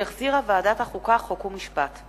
שהחזירה ועדת החוקה, חוק ומשפט.